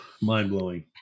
mind-blowing